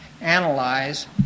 analyze